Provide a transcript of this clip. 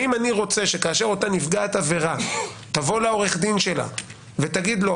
האם אני רוצה שכאשר אותה נפגעת עבירה תבוא לעורך הדין שלה ותגיד לו,